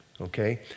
Okay